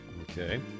Okay